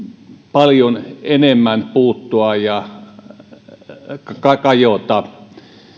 paljon enemmän puuttua ja kajota